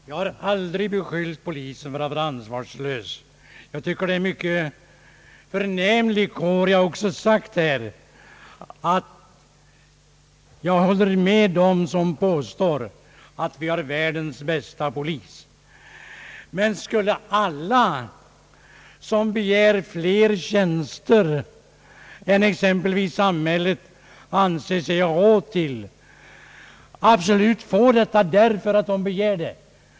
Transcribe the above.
Herr talman! Jag har aldrig beskyllt polisen för att vara ansvarslös. Jag tycker det är en förnämlig kår, och jag håller med dem som anser att vi har världens bästa polis. Men skulle alla som begär fler tjänster än samhället anser sig ha råd med få sin vilja fram?